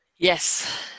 yes